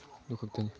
ꯑꯗꯨꯈꯛꯇꯅꯤ